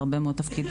בהרבה מאוד תפקידים,